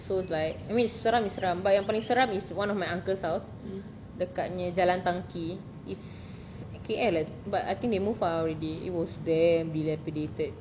so it's like I mean seram is seram but yang paling seram is one of my uncle's house dekat ni jalan tan kee it's kat K_L eh but I think they move ah already it was damn dilapidated